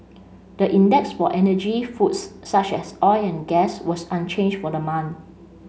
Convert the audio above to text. the index for energy foods such as oil and gas was unchanged for the month